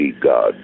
God